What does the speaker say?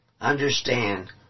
Understand